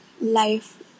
life